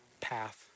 path